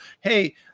Hey